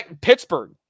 Pittsburgh